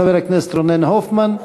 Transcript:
חבר הכנסת רונן הופמן,